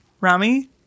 Rami